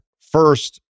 First